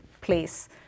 place